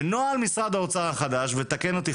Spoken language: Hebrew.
בנוהל משרד האוצר החדש ותקן אותי,